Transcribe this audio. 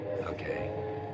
Okay